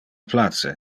place